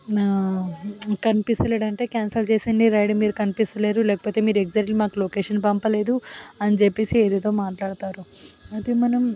కనిపిస్తలేడు అంటే క్యాన్సిల్ చేసేయండి రైడ్ మీరు కనిపిస్తలేరు లేకపోతే మీరు ఎగ్జాక్ట్లీ మాకు లొకేషన్ పంపలేదు అని చెప్పేసి ఏదో మాట్లాడతారు అది మనం